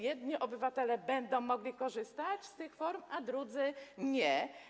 Jedni obywatele będą mogli korzystać z tych form, a drudzy nie.